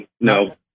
No